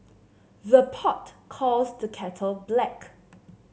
the pot calls the kettle black